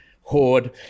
hoard